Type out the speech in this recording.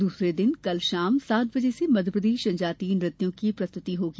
दूसरे दिन कल शाम सात बजे से मध्यप्रदेश जनजातीय नृत्यों की प्रस्तुति होगी